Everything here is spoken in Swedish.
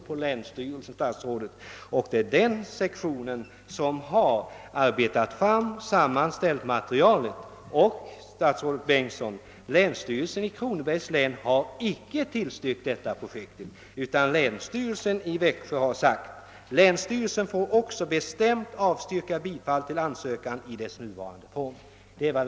Vid länsstyrelsen finns ju en naturvårdssektion, och det är den sektionen som arbetat fram och sammanställt materialet och, statsrådet Bengtsson, länsstyrelsen i Kronobergs län har icke tillstyrkt detta projekt utan sagt att länsstyrelsen får >bestämt avstyrka bifall till ansökan i dess nuvarande form>.